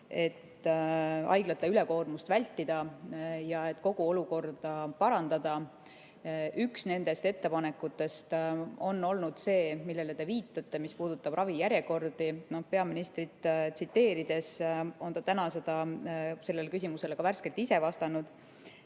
et haiglate ülekoormust vältida ja kogu olukorda parandada. Üks nendest ettepanekutest on olnud see, millele te viitate, mis puudutab ravijärjekordi. Tsiteerin peaministrit – ta on täna sellele küsimusele ka värskelt ise vastanud